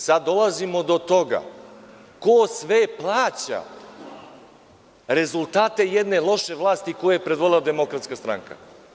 Sada dolazimo do toga ko sve plaća rezultate jedne loše vlasti koju je predvodila Demokratska stranka.